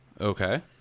okay